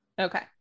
Okay